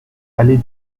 allée